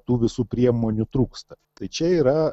tų visų priemonių trūksta tai čia yra